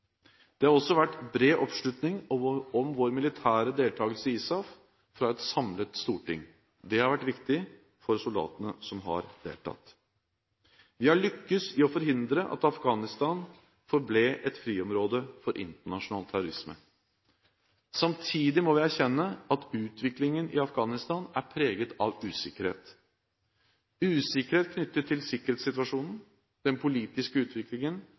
Det har også vært bred oppslutning om vår militære deltakelse i ISAF fra et samlet storting. Det har vært viktig for soldatene som har deltatt. Vi har lyktes i å forhindre at Afghanistan forble et friområde for internasjonal terrorisme. Samtidig må vi erkjenne at utviklingen i Afghanistan er preget av usikkerhet – usikkerhet knyttet til sikkerhetssituasjonen, den politiske utviklingen,